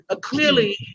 clearly